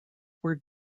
were